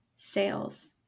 Sales